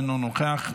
אינו נוכח,